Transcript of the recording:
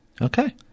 Okay